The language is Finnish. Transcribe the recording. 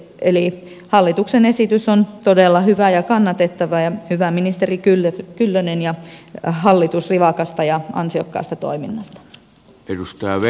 eli hallituksen esitys on todella hyvä ja kannatettava ja kiitos ministeri kyllönen ja hallitus rivakasta ja ansiokkaasta toiminnasta